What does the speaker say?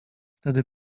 wtedy